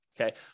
Okay